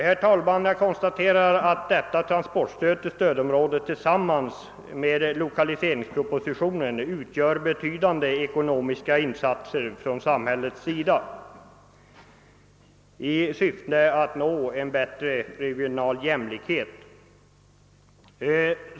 Herr talman! Jag konstaterar att transportstödet till stödområdet tillsammans med förslagen i lokaliseringspropositionen innebär betydande ekonomiska insatser från samhällets sida i syfte att nå en bättre regional jämlikhet.